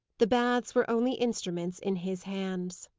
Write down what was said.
the baths were only instruments in his hands.